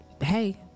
hey